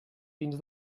dins